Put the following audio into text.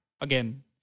again